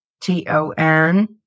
T-O-N